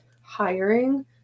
hiring